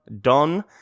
Don